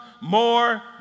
more